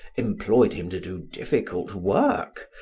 employed him to do difficult work,